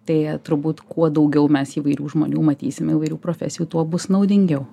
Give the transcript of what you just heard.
tai turbūt kuo daugiau mes įvairių žmonių matysim įvairių profesijų tuo bus naudingiau